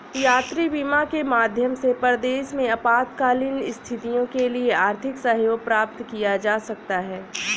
यात्री बीमा के माध्यम से परदेस में आपातकालीन स्थितियों के लिए आर्थिक सहयोग प्राप्त किया जा सकता है